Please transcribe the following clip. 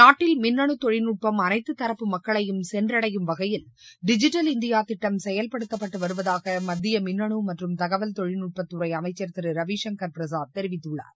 நாட்டில் மின்னனு தொழில்நுட்பம் அனைத்து தரப்பு மக்களையும் சென்றடையும் வகையில் டிஜிட்டல் இந்தியா திட்டம் செயல்படுத்தப்பட்டு வருவதாக மத்திய மின்னனு மற்றும் தகவல் தொழில்நட்பத்துறை அமைச்சர் திரு ரவிசங்கர் பிரசாத் தெரிவித்துள்ளார்